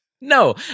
No